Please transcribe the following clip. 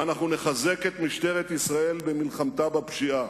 ואנחנו נחזק את משטרת ישראל במלחמתה בפשיעה.